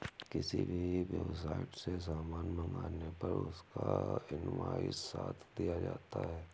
किसी भी वेबसाईट से सामान मंगाने पर उसका इन्वॉइस साथ दिया जाता है